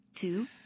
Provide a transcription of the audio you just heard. two